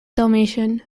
dalmatian